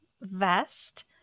vest